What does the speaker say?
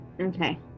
Okay